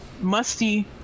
musty